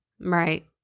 Right